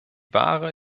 wahre